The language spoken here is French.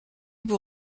pour